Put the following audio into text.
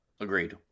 Agreed